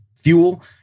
fuel